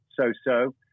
so-so